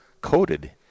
coated